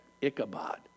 Ichabod